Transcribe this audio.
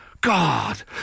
God